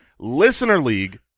Listenerleague